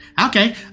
Okay